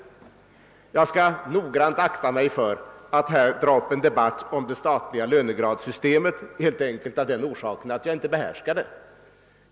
Jag skall noga akta mig för att här dra upp en debatt om det statliga lönegradssystemet, helt enkelt av den orsaken att jag inte behärskar det.